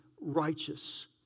righteous